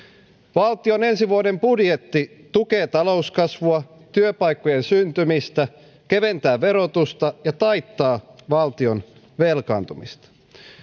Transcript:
valtion ensi vuoden budjetti tukee talouskasvua ja työpaikkojen syntymistä keventää verotusta ja taittaa valtion velkaantumista